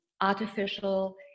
artificial